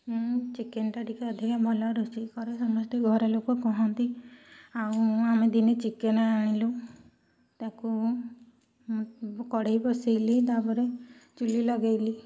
ମୁଁ ଚିକେନ୍ ଟା ଟିକେ ଅଧିକ ଭଲ ରୋଷେଇ କରେ ସମସ୍ତେ ଘର ଲୋକ କହନ୍ତି ଆଉ ଆମେ ଦିନେ ଚିକେନ୍ ଆଣିଲୁ ତାକୁ କଡ଼େଇ ବସାଇଲି ତା ପରେ ଚୁଲି ଲଗାଇଲି